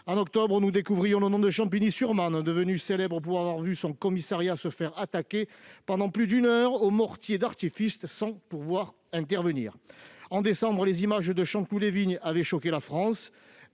dernier, nous découvrions la commune de Champigny-sur-Marne, devenue célèbre pour avoir vu son commissariat se faire attaquer pendant plus d'une heure aux mortiers d'artifice, sans pouvoir intervenir. Au mois de décembre, les images de Chanteloup-les-Vignes ont choqué la France